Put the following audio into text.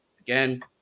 again